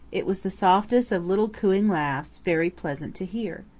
it was the softest of little cooing laughs, very pleasant to hear.